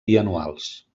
bianuals